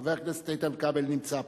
חבר הכנסת איתן כבל נמצא פה,